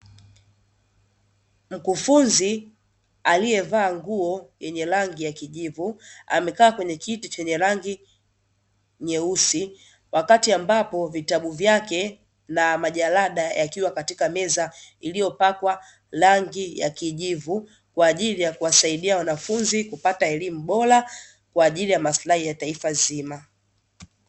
Mkufunzi aliyevaa nguo yenye rangi ya kijivu, amekaa kwenye kiti chenye rangi nyeusi, wakati ambapo vitabu vyake na majalada yakiwa katika meza iliyopakwa rangi ya kijivu, kwa ajili ya kuwasaidia wanafunzi kupata elimu bora kwa ajili ya maslahi ya taifa zima.